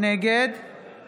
נגד